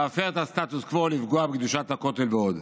להפר את הסטטוס קוו, לפגוע בקדושת הכותל ועוד.